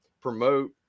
promote